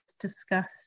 discussed